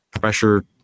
pressure